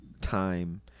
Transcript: time